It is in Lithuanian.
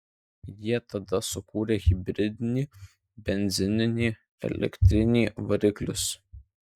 jie tada sukūrė hibridinį benzininį elektrinį variklius